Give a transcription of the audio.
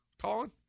Colin